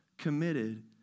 committed